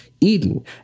Eden